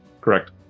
Correct